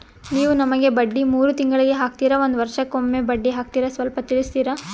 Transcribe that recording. ನೀವು ನಮಗೆ ಬಡ್ಡಿ ಮೂರು ತಿಂಗಳಿಗೆ ಹಾಕ್ತಿರಾ, ಒಂದ್ ವರ್ಷಕ್ಕೆ ಒಮ್ಮೆ ಬಡ್ಡಿ ಹಾಕ್ತಿರಾ ಸ್ವಲ್ಪ ತಿಳಿಸ್ತೀರ?